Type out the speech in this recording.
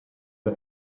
the